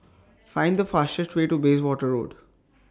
Find The fastest Way to Bayswater Road